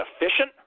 efficient